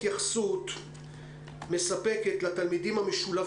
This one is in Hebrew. זה מאוד תלוי בהתפתחות של המגפה ובחזרה לשגרה.